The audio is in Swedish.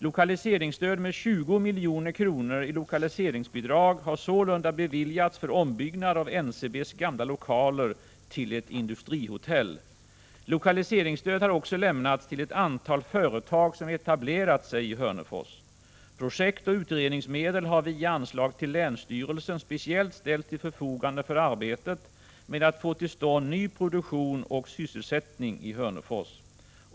Lokaliseringsstöd med 20 milj.kr. i lokaliseringsbidrag har sålunda beviljats för ombyggnad av NCB:s gamla lokaler till ett industrihotell. Lokaliseringsstöd har också lämnats till ett antal företag som etablerat sig i Hörnefors. Projektoch utredningsmedel har via anslag till länsstyrelsen speciellt ställts till förfogande för arbetet med att få till stånd ny produktion och sysselsättning i Hörnefors.